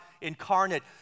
incarnate